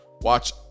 watch